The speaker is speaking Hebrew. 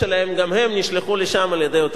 גם הם נשלחו לשם על-ידי אותה מערכת.